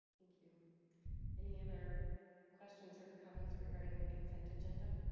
thank you any other questions or comments regarding the consent agenda?